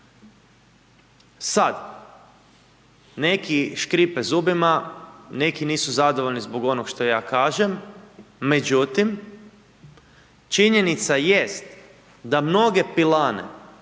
Sad, neki škripe zubima, neki nisu zadovoljni zbog onoga što ja kažem. Međutim, činjenica jest da mnoge pilane,